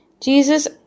Jesus